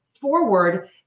forward